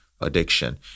addiction